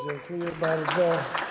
Dziękuję bardzo.